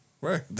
Right